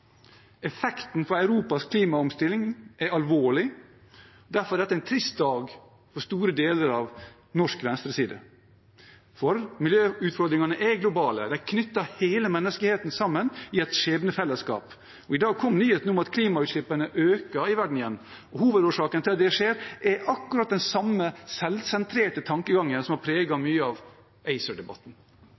Effekten for Europas klimaomstilling er alvorlig. Derfor er dette en trist dag for store deler av norsk venstreside. For miljøutfordringene er globale, de knytter hele menneskeheten sammen i et skjebnefellesskap. I dag kom nyheten om at klimautslippene øker igjen i verden. Hovedårsaken til at det skjer, er akkurat den samme selvsentrerte tankegangen som har preget mye av